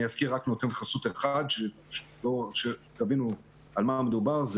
אני אזכיר רק נותן חסות אחד כדי שתבינו על מה מדובר.